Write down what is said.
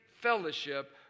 fellowship